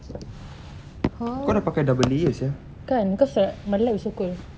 kau dah pakai double layer sia